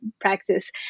practice